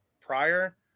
prior